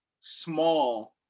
small